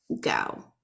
go